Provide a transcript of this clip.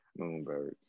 Moonbirds